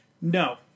No